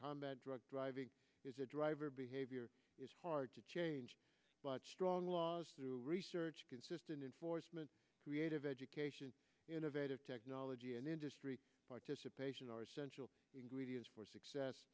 combat drug driving is a driver behavior is hard to change but strong laws through research consistent enforcement creative education innovative technology and industry participation are essential ingredients for success